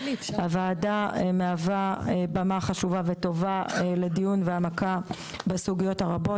הוועדה מהווה במה חשובה וטובה לדיון והעמקה בסוגיות הרבות,